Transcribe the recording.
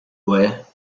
where